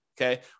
okay